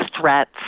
threats